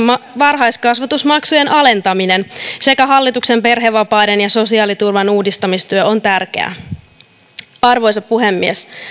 varhaiskasvatusmaksujen alentaminen sekä hallituksen tekemä perhevapaiden ja sosiaaliturvan uudistamistyö on tärkeää arvoisa puhemies